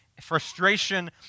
frustration